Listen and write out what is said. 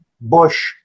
Bush